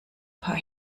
paar